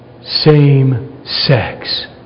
same-sex